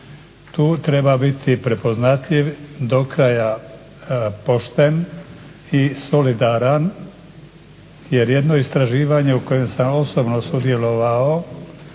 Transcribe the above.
Tu treba biti prepoznatljiv, do kraja pošten i solidaran jer jedno istraživanje u kojem sam osobno sudjelovao